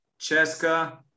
Cheska